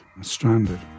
Stranded